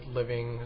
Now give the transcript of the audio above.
living